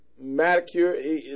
manicure